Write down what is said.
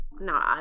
No